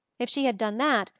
if she had done that,